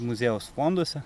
muziejaus fonduose